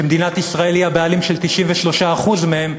כשמדינת ישראל היא הבעלים של 93% מהן,